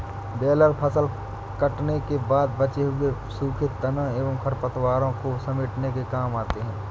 baler फसल कटने के बाद बचे हुए सूखे तनों एवं खरपतवारों को समेटने के काम आते हैं